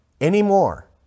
anymore